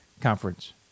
conference